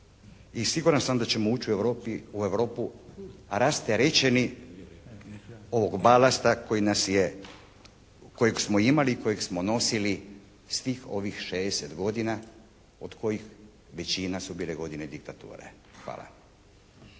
i siguran sam da ćemo ući u Europu rasterećeni ovog balasta kojeg smo imali i kojeg smo nosili svih ovih 60 godina od kojih većina su bile godine diktature. Hvala.